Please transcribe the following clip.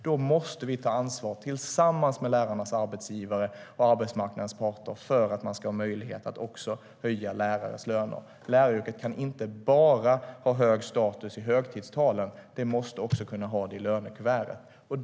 Då måste vi ta ansvar tillsammans med lärarnas arbetsgivare och arbetsmarknadens parter för att höja lärarnas löner. Läraryrket kan inte bara ha hög status i högtidstalen; det måste också kunna ha det i lönekuverten.